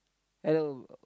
hello